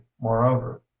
moreover